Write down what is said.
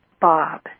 Bob